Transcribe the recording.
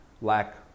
lack